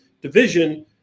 division